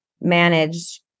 manage